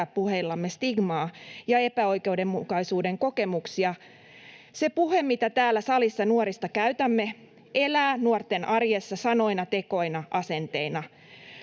puheillamme stigmaa ja epäoikeudenmukaisuuden kokemuksia. Se puhe, mitä täällä salissa nuorista käytämme, elää nuorten arjessa sanoina, tekoina, asenteina.